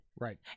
right